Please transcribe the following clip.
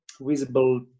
visible